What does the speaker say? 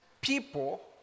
people